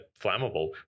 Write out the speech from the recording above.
flammable